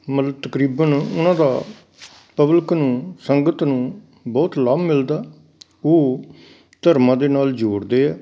ਮਤਲਬ ਤਕਰੀਬਨ ਉਹਨਾਂ ਦਾ ਪਬਲਿਕ ਨੂੰ ਸੰਗਤ ਨੂੰ ਬਹੁਤ ਲਾਭ ਮਿਲਦਾ ਉਹ ਧਰਮਾਂ ਦੇ ਨਾਲ ਜੋੜਦੇ ਹੈ